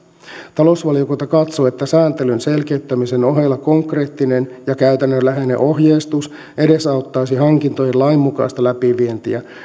talousvaliokunta katsoo että sääntelyn selkeyttämisen ohella konkreettinen ja käytännönläheinen ohjeistus edesauttaisi hankintojen lainmukaista läpivientiä